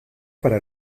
para